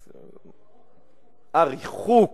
ריחוק.